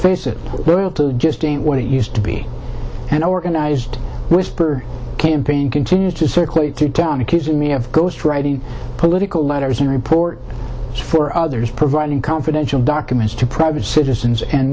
it just ain't what it used to be an organized whisper campaign continues to circulate through town accusing me of ghost writing political letters and report for others providing confidential documents to private citizens and